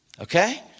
okay